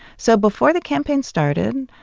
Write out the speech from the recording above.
so before the campaign started,